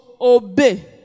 obey